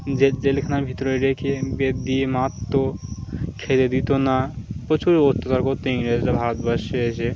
যে যে জেলখানার ভিতরে রেখে বেত দিয়ে মারতো খেতে দিত না প্রচুর অত্যাচার করতো ইংরেজরা ভারতবর্ষে এসে